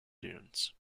dunes